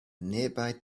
nearby